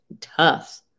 tough